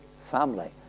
family